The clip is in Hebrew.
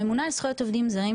לממונה על זכויות עובדים זרים,